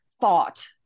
thought